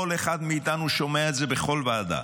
כל אחד מאיתנו שומע את זה בכל ועדה,